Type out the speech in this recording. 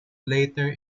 later